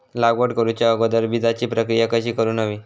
लागवड करूच्या अगोदर बिजाची प्रकिया कशी करून हवी?